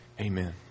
Amen